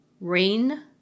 rain